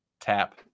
tap